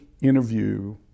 interview